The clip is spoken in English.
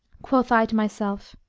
quoth i to myself,